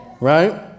right